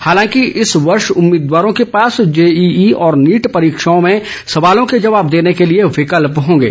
हालांकि इस वर्ष उम्मीदवारों के पास जेईई और नीट परीक्षाओं में सवालों के जवाब देने के लिए विकल्प होंगे